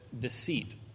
deceit